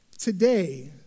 today